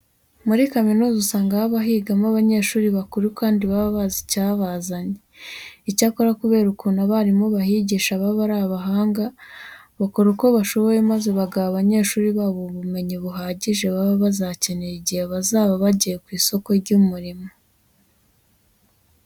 Muri kaminuza usanga haba higamo abanyeshuri bakuru kandi baba bazi icyabazanye. Icyakora kubera ukuntu abarimu bahigisha baba ari abahanga, bakora uko bashoboye maze bagaha abanyeshuri babo ubumenyi buhagije baba bazakenera igihe bazaba bagiye ku isoko ry'umurimo.